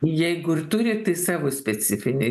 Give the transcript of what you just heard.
jeigu ir turi tai savo specifinį